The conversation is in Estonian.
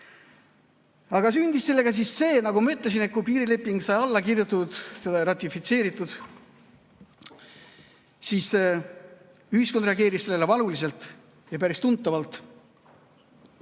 Aga sündis siis see, nagu ma ütlesin, et kui piirileping sai alla kirjutatud, siis ühiskond reageeris sellele valuliselt, ja päris tuntavalt.